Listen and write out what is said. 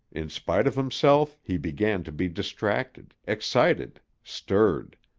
in spite of himself, he began to be distracted, excited, stirred.